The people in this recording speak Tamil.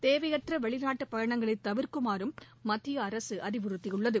தேவையற்ற வெளிநாட்டு பயணங்களை தவிர்க்கும்படியும் மத்திய அரசு அறிவுறுத்தியுள்ளது